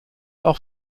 auch